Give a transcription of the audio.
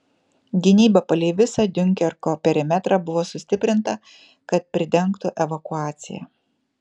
gynyba palei visą diunkerko perimetrą buvo sustiprinta kad pridengtų evakuaciją